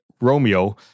Romeo